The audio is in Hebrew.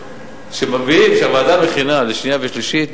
כשהוועדה מכינה לשנייה ושלישית,